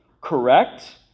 Correct